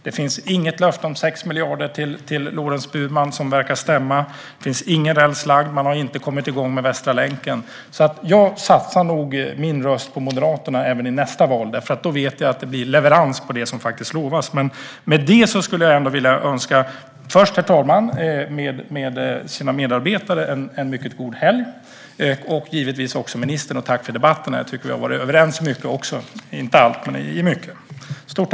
Det finns inget löfte om 6 miljarder till Lorents Burman, det finns ingen räls lagd och man har inte kommit igång med Västra länken. Jag satsar nog min röst på Moderaterna även i nästa val. Då vet jag att det blir leverans på det som lovas. Med detta vill jag önska herr talman med medarbetare en mycket god helg och givetvis också ministern. Tack för debatten! Vi har varit överens om mycket, inte allt - men om mycket.